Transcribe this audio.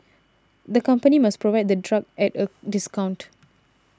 the company must provide the drug at a discount